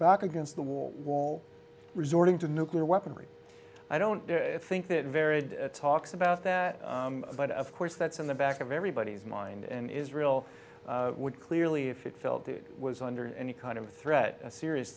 back against the wall wall resorting to nuclear weaponry i don't think that very talks about that but of course that's in the back of everybody's mind and israel would clearly if it felt it was under any kind of threat a serious